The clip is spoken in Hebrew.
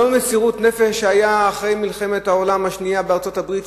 לא במסירות נפש שהיתה אחרי מלחמת העולם השנייה בארצות-הברית,